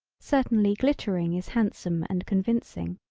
certainly glittering is handsome and convincing.